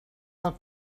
del